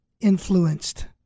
influenced